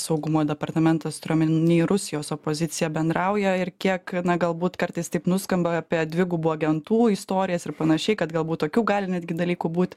saugumo departamentas turiu omeny rusijos opozicija bendrauja ir kiek na galbūt kartais taip nuskamba apie dvigubų agentų istorijas ir panašiai kad galbūt tokių gali netgi dalykų būt